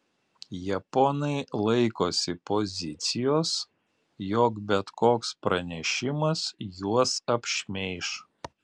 japonai laikosi pozicijos jog bet koks pranešimas juos apšmeiš